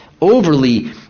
overly